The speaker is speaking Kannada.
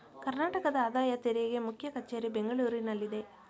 ಕರ್ನಾಟಕದ ಆದಾಯ ತೆರಿಗೆ ಮುಖ್ಯ ಕಚೇರಿ ಬೆಂಗಳೂರಿನಲ್ಲಿದೆ